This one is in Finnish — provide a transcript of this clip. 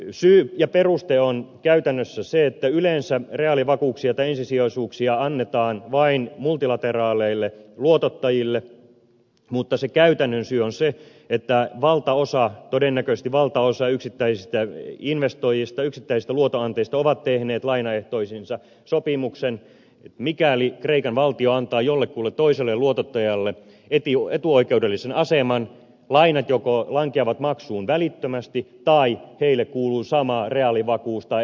syy ja peruste on käytännössä se että yleensä reaalivakuuksia tai ensisijaisuuksia annetaan vain multilateraaleille luotottajille mutta se käytännön syy on se että valtaosa todennäköisesti valtaosa yksittäisistä investoijista yksittäisistä luotonantajista on tehnyt lainaehtoihinsa sopimuksen että mikäli kreikan valtio antaa jollekulle toiselle luotottajalle etuoikeudellisen aseman lainat joko lankeavat maksuun välittömästi tai heille kuuluu sama reaalivakuus tai etuoikeutettu asema